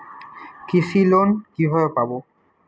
কৃষি লোন কিভাবে পাব?